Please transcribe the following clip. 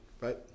Right